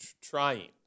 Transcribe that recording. trying